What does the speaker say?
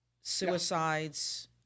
suicides